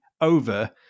over